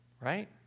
right